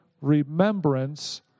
remembrance